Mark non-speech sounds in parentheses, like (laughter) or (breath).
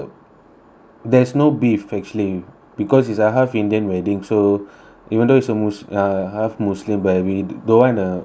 there is no beef actually because it's a half indian wedding so (breath) even though it's a mus~ uh half muslim but we don't wanna uh uh